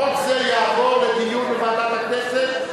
חוק זה יעבור לדיון בוועדת הכנסת,